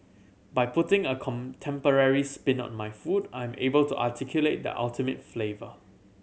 by putting a contemporary spin on my food I'm able to articulate the ultimate flavour